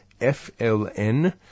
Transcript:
FLN